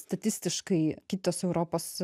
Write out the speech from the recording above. statistiškai kitos europos